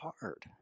hard